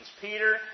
Peter